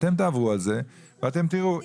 תעברו על זה ותראו,